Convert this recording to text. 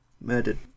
murdered